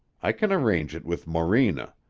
i can arrange it with morena.